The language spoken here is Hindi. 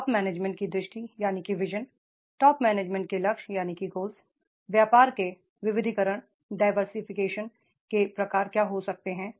टॉप मैनेजमेंट की दृष्टि टॉप मैनेजमेंट के लक्ष्य व्यापार के विविधीकरण के प्रकार क्या हो सकते हैं